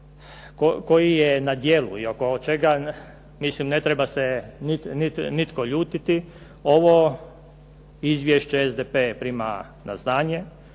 koji je na djelu i oko čega mislim ne treba se nitko ljutiti ovo izvješće SDP prima na znanje,